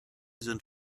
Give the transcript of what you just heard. sind